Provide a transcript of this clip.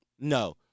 no